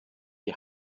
die